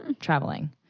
traveling